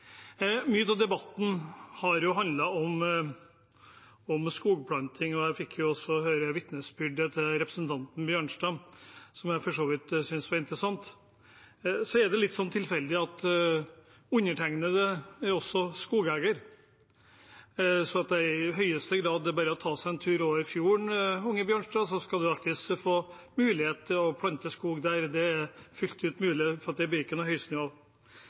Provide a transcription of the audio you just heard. Mye av debatten har handlet om skogplanting. Jeg fikk også høre vitnesbyrdet til representanten Bjørnstad, som jeg for så vidt syntes var interessant. Så er det litt tilfeldig at undertegnede også er skogeier, så det er i høyeste grad bare å ta seg en tur over fjorden for unge Sivert Bjørnstad, så skal han få mulighet til å plante skog der. Det er fullt ut mulig med tanke på bjørk og høysnue. Jeg må si at mitt øye så ned på merknadene til Arbeiderpartiet, Senterpartiet og